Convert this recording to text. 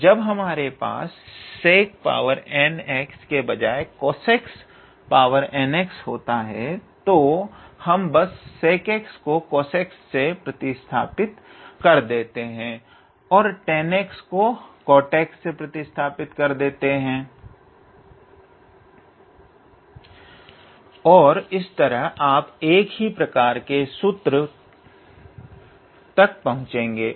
तो जब आपके पास 𝑠𝑒𝑐𝑛𝑥 के बजाय 𝑐𝑜𝑠𝑒𝑐𝑛𝑥 होता है तो हम बस secx को cosecx से प्रतिस्थापित कर देते हैं और tanx को cotx से प्रतिस्थापित कर देते हैं और इस तरह आप एक ही प्रकार के सूत्र तक पहुंचेंगे